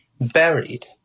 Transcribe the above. buried